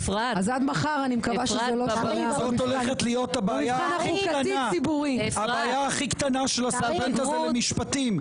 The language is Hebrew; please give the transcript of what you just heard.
זאת הולכת להיות הבעיה הכי קטנה של הסטודנט הזה למשפטים,